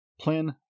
plan